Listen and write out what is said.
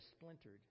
splintered